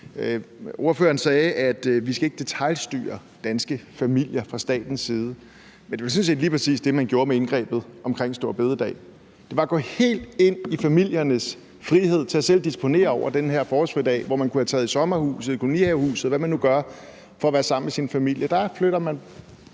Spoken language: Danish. Ordføreren sagde, at vi skal ikke detailstyre danske familier fra statens side, men det var sådan set lige præcis det, man gjorde med indgrebet omkring store bededag. Det var at gå helt ind i familiernes frihed til selv at disponere over den her forårsfridag, hvor man kunne have taget i sommerhuset, kolonihavehuset, eller hvad man nu gør for at være sammen med sin familie.